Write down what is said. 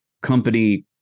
company